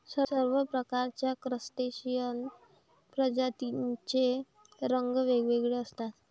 सर्व प्रकारच्या क्रस्टेशियन प्रजातींचे रंग वेगवेगळे असतात